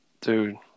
Dude